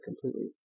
completely